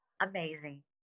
amazing